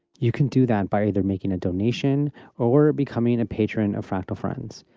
you can do that by either making a donation or becoming a patron of fractal friends.